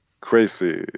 crazy